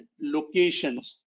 locations